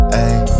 ayy